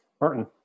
Martin